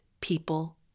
people